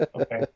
Okay